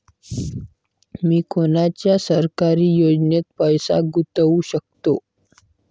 मी कोनच्या सरकारी योजनेत पैसा गुतवू शकतो?